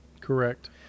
Correct